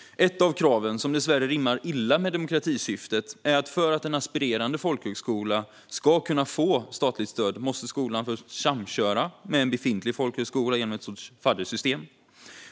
Ett av kraven, som dessvärre rimmar illa med demokratisyftet, är att för att en aspirerande folkhögskola ska kunna få statligt stöd måste skolan först samköra med en befintlig folkhögskola genom en sorts faddersystem.